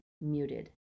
muted